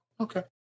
Okay